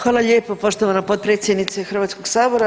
Hvala lijepo poštovana potpredsjednice Hrvatskog sabora.